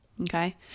Okay